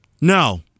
No